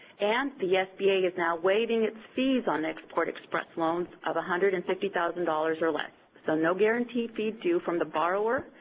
and the sba is now waiving its fees on export express loans of one hundred and fifty thousand dollars or less. so, no guaranteed fees due from the borrower,